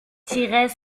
tirait